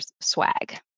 swag